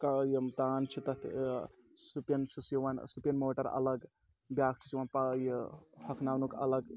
یِم تان چھِ تَتھ سُپِن چھُس یِوان سُپِن موٹَر الگ بیٛاکھ چھُس یِوان پَ یہِ ہۄکھناونُک الگ